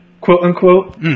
quote-unquote